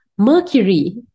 Mercury